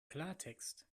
klartext